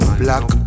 black